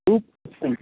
two percent